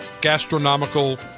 gastronomical